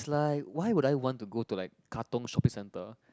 it's like why would I want to go to like Katong Shopping Centre